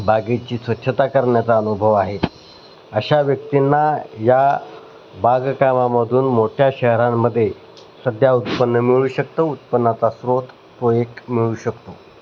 बागेची स्वच्छता करण्याचा अनुभव आहे अशा व्यक्तींना या बागकामामधून मोठ्या शहरांमध्ये सध्या उत्पन्न मिळू शकतो उत्पन्नाचा स्रोत तो एक मिळू शकतो